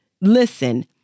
Listen